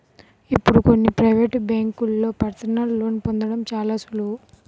ఇప్పుడు కొన్ని ప్రవేటు బ్యేంకుల్లో పర్సనల్ లోన్ని పొందడం చాలా సులువు